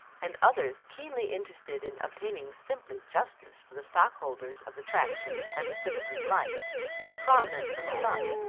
and others keenly interested in obtaining simply justice for the stockholders of the traction and the citizens' light were prominent from the start.